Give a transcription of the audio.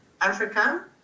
Africa